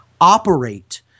operate